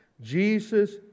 Jesus